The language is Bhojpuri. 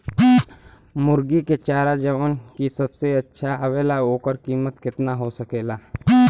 मुर्गी के चारा जवन की सबसे अच्छा आवेला ओकर कीमत केतना हो सकेला?